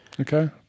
Okay